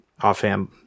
offhand